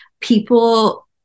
people